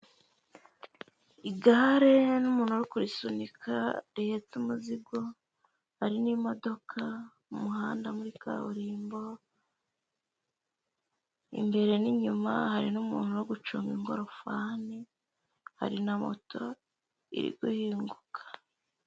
Igare n'umuntu uri kurisunika rihetse umuzigo; hari n'imodoka mu muhanda muri kaburimbo; imbere n'inyuma hari n'umuntu wo gucunga ingorofani; hari na moto iri guhinguka.